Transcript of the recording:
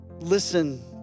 Listen